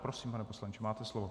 Prosím, pane poslanče, máte slovo.